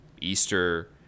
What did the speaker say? easter